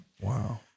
Wow